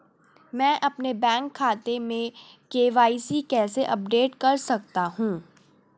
मैं अपने बैंक खाते में के.वाई.सी कैसे अपडेट कर सकता हूँ?